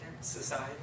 society